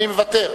אני מוותר.